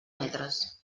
metres